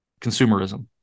consumerism